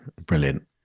brilliant